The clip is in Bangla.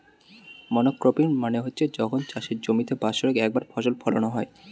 মনোক্রপিং মানে হচ্ছে যখন চাষের জমিতে বাৎসরিক একবার ফসল ফোলানো হয়